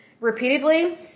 repeatedly